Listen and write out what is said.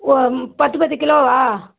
ஓ பத்து பத்து கிலோவா